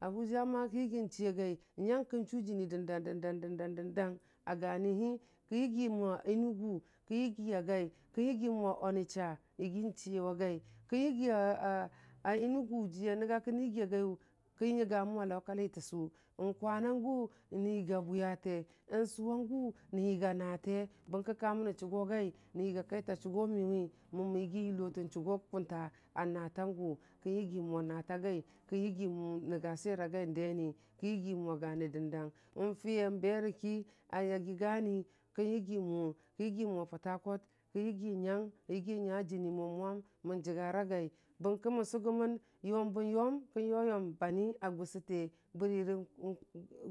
Abuja kən yiyi chiyagai nyang kən chʊ jəni dəndang, dəndang dəndang a gani lii, kən yigimənwa Enugu kən yigi nyai, kən yigimən wa Onitsha yɨgi chiiye wagai kən yigi a Enugu ji a nənga ki nən yiga gayʊ kən nyəyumənwe nənga kabi tʊsʊ kwani nan gʊ nən yigi a bwiyate, sʊwang gʊ nən yigi a nate bərə ki kə mənə chʊgo a gai nən yigi a nate bərəki ka mənə chʊgo a gai nən yiga kaita chʊgom yʊwi, mə mən yiyi jʊlolən chʊgo kunta a natangʊ, kən yigimənwa na te a gui, kən yigi nəngu swera guiden, kən yigimənwa gʊni jən dang nfiye berəki a yagi gani, kən yigimən wʊng, kən yigi mən wa Port Harcourt, kən yigi nyang yigi nya jəni mo mwan mən jəgara gai bərəki mən sʊgʊmən, yʊmbən yʊm kən yʊyom bam a gʊsate bari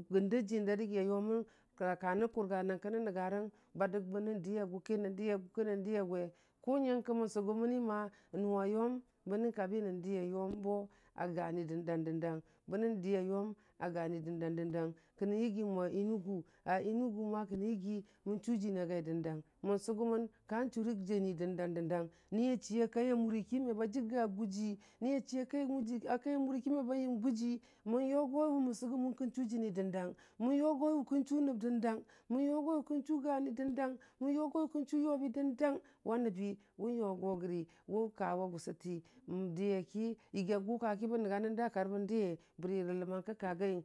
gənən jəyin da dəgi a yoməng, karə nənə kʊrgarang kənə nəngurəng ba dəgbən nən diya gʊki, nən diya gʊki, nən diya gwi kʊ nyənkə mən sʊgəməni nʊwa yʊm bənə kabi nən diya yʊmbʊ a guni dəndang dəndang, bənə diya yʊm a guni dəndung dandang, kəna yigəmən wa Enugu, a Enugu kənən yigi nən chʊn jəni dəndang mən sʊgəmən ka churə jəni dəndang niya chii a kai a mʊri ki meba jəgga gʊji, niya chii a kai mʊri me ba yəm gʊji, mən yʊgowə mən sʊgʊmən kən chʊjəni dəndang, mən yuwogəl kən chʊ nəb dəndang, mən yʊyo wə kən chʊ geni dəndang, mən yʊgo wə kən chʊ yʊbi dəndang wa nəbi wʊ yʊyorəgi wʊ kawə gʊʊwa ti dəye ki, yiga gʊka ki bə nəngu nən da kar bən dəye bəre rə ləmang kə ka gayəng.